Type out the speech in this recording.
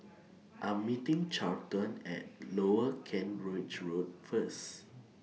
I Am meeting Charlton At Lower Kent Ridge Road First